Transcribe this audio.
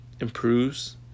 improves